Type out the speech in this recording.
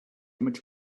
much